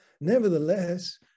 Nevertheless